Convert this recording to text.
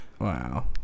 Wow